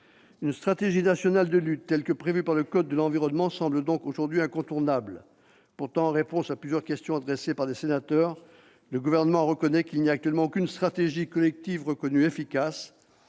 Une stratégie nationale de lutte, telle que celle qui est prévue par le code de l'environnement, semble donc aujourd'hui incontournable. Pourtant, en réponse à plusieurs questions adressées par des sénateurs, le Gouvernement reconnaît « qu'il n'y a actuellement aucune stratégie collective reconnue efficace